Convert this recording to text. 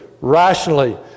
rationally